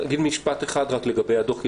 אגיד משפט אחד לגבי הדוח,